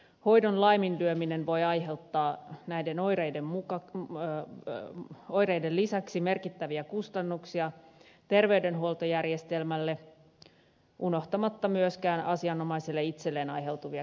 hoidon laiminlyöminen voi aiheuttaa näiden oireiden lisäksi merkittäviä kustannuksia terveydenhuoltojärjestelmälle unohtamatta myöskään asianomaiselle itselleen aiheutuvia kärsimyksiä